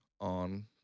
on